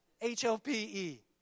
H-O-P-E